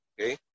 Okay